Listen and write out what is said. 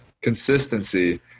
Consistency